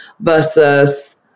versus